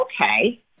okay